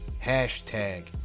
hashtag